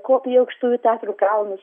kopė į aukštųjų tatrų kalnus